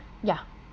ya